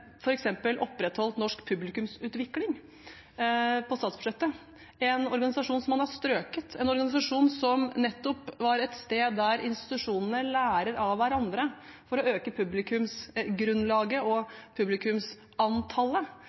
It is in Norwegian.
burde opprettholdt støtten til Norsk Publikumsutvikling på statsbudsjettet. Det er en organisasjon som man har strøket, en organisasjon som nettopp er et sted der institusjonene lærer av hverandre for å øke publikumsgrunnlaget og publikumsantallet,